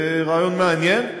זה רעיון מעניין.